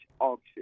auction